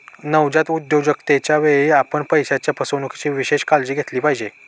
नवजात उद्योजकतेच्या वेळी, आपण पैशाच्या फसवणुकीची विशेष काळजी घेतली पाहिजे